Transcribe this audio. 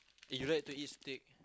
if you like to eat stick